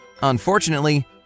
Unfortunately